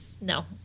No